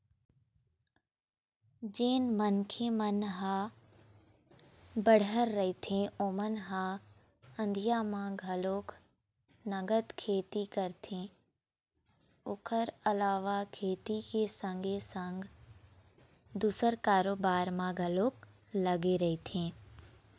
जेन मनखे मन ह बड़हर रहिथे ओमन ह अधिया म घलोक नंगत खेती करथे ओखर अलावा खेती के संगे संग दूसर कारोबार म घलोक लगे रहिथे